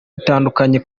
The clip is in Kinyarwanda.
bitandukanye